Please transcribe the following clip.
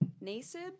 Nasib